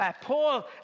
Paul